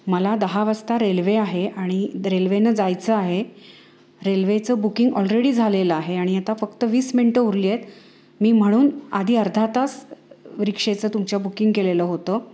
मला दहा वाजता रेल्वे आहे आणि रेल्वेनं जायचं आहे रेल्वेचं बुकिंग ऑलरेडी झालेलं आहे आणि आता फक्त वीस मिनटं उरली आहेत मी म्हणून आधी अर्धा तास रिक्षेचं तुमच्या बुकिंग केलेलं होतं